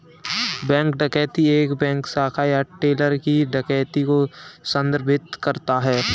bank डकैती एक bank शाखा या टेलर की डकैती को संदर्भित करता है